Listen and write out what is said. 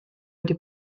wedi